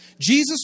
Jesus